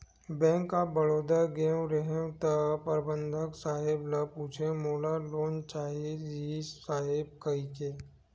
bank of Baroda गेंव रहेव त परबंधक साहेब ल पूछेंव मोला लोन चाहे रिहिस साहेब कहिके